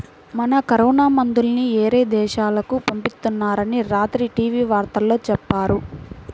మన కరోనా మందుల్ని యేరే దేశాలకు పంపిత్తున్నారని రాత్రి టీవీ వార్తల్లో చెప్పారు